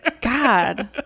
God